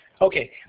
okay